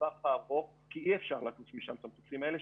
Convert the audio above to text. הארוך כי אי אפשר להטיס משם את המטוסים האלה,